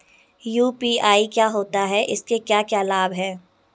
UPI क्या होता है इसके क्या क्या लाभ हैं?